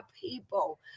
people